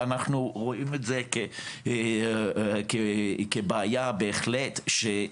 ואנחנו רואים את זה בהחלט כבעיה שכל